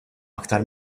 aktar